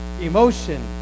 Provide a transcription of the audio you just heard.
emotion